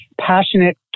passionate